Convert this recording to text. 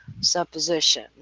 supposition